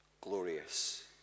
glorious